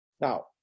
Now